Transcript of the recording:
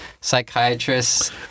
psychiatrists